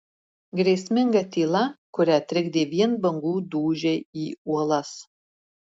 grėsminga tyla kurią trikdė vien bangų dūžiai į uolas